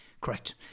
Correct